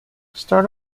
start